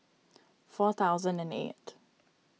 four thousand and eight